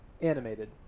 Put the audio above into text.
Animated